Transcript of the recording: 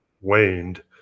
waned